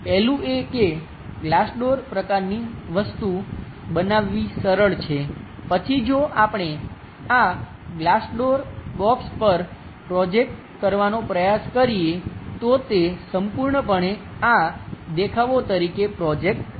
પહેલું એ કે ગ્લાસ ડોર પ્રકારની વસ્તુ બનાવવી સરળ છે પછી જો આપણે આ ગ્લાસ ડોર બોક્સ પર પ્રોજેક્ટ કરવાનો પ્રયાસ કરીએ તો તે સંપૂર્ણપણે આ દેખાવો તરીકે પ્રોજેક્ટ થશે